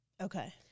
Okay